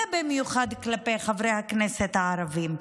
ובמיוחד כלפי חברי הכנסת הערבים,